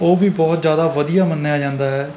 ਉਹ ਵੀ ਬਹੁਤ ਜ਼ਿਆਦਾ ਵਧੀਆ ਮੰਨਿਆ ਜਾਂਦਾ ਹੈ